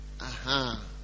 Aha